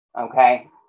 okay